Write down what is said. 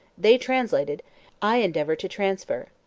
they translated i endeavoured to transfer.